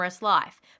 life